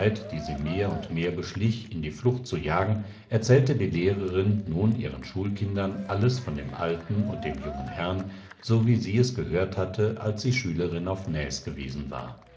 die sie mehr und mehr beschlich in die flucht zu jagen erzählte die lehrerin nun ihren schulkindern alles von dem alten und dem jungenherrn sowiesieesgehörthatte alssieschülerinaufnäasgewesen war